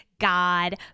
God